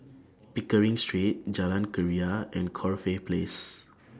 Pickering Street Jalan Keria and Corfe Place